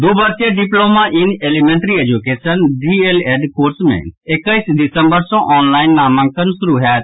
दू वर्षीय diploma in elementary education DElEd course मे एकैस दिसम्बर सँ ऑन लाईन नामांकन शुरू होयत